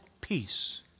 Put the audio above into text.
peace